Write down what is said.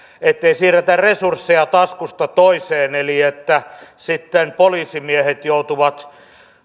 ettei siirretä resursseja taskusta toiseen eli että sitten poliisimiehet joutuvat